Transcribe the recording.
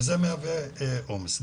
זה מהווה עומס.